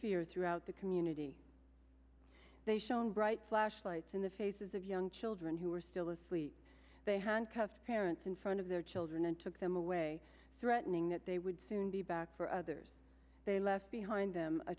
fear throughout the community they shone bright flash lights in the faces of young children who were still asleep they handcuffed parents in front of their children and took them away threatening that they would soon be back for others they left behind them a